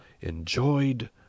enjoyed